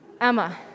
Emma